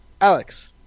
Alex